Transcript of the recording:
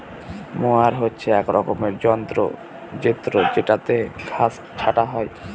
mower হচ্ছে এক রকমের যন্ত্র জেত্রযেটাতে ঘাস ছাটা হয়